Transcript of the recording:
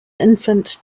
infant